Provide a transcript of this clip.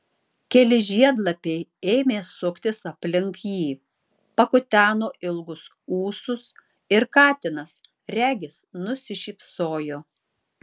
keli žiedlapiai ėmė suktis aplink jį pakuteno ilgus ūsus ir katinas regis nusišypsojo